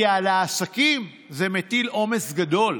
כי על העסקים זה מטיל עומס גדול,